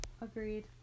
Agreed